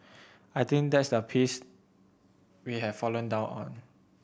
I think that's the piece we have fallen down on